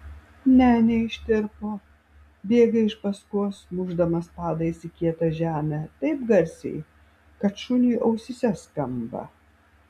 ne neištirpo bėga iš paskos mušdamas padais į kietą žemę taip garsiai kad šuniui ausyse skamba